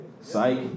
psych